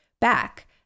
back